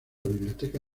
biblioteca